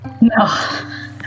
no